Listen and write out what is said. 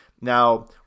Now